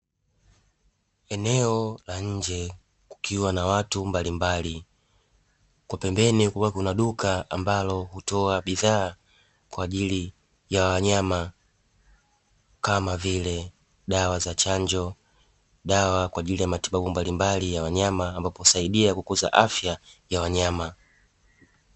Eneo la nje kukiwa na watu mbalimbali huku pembeni kuna duka ambalo hutoa bidhaa kwa ajili ya wanyama, vile dawa za chanjo dawa kwa ajili ya matibabu mbalimbali ya wanyama ambapo husaidia kukuza afya ya wanyama.